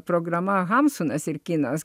programa hamsunas ir kinas